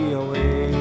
away